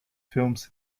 films